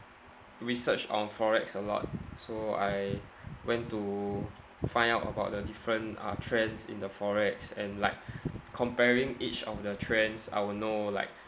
research on FOREX a lot so I went to find out about the different uh trends in the FOREX and like comparing each of the trends I will know like